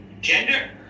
gender